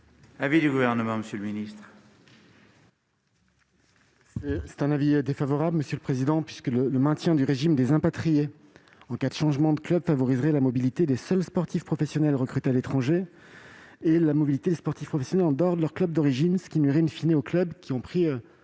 est l'avis du Gouvernement ? Le maintien du régime des impatriés en cas de changement de club favoriserait la mobilité des seuls sportifs professionnels recrutés à l'étranger, ainsi que la mobilité des sportifs professionnels en dehors de leur club d'origine, ce qui nuirait aux clubs qui ont pris